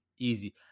Easy